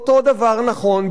אותו דבר נכון,